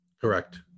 Correct